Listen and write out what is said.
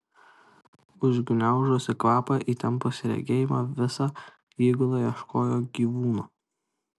užgniaužusi kvapą įtempusi regėjimą visa įgula ieškojo gyvūno